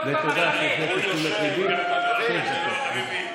ותודה שהבאת לתשומת ליבי, שש דקות.